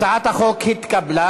הצעת החוק התקבלה,